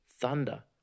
thunder